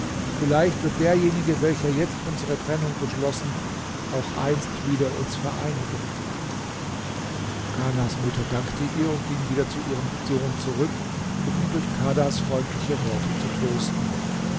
vielleicht wird derjenige welcher jetzt unsere trennung beschlossen auch einst wieder uns vereinigen kanas mutter dankte ihr und ging wieder zu ihrem sohn zurück um ihn durch kadhas freundliche worte zu trösten